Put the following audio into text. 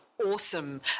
awesome